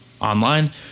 online